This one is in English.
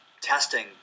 testing